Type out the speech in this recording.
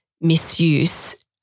misuse